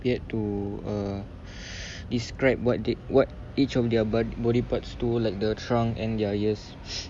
you have to uh describe what they what each of their bod~ body parts do like lead the trunk and their ears